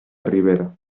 ribera